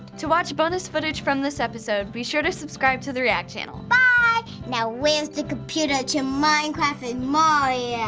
to watch bonus footage from this episode, be sure to subscribe to the react channel. bye! now where's the computer to minecraft and mario? yeah